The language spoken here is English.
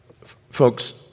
Folks